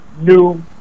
new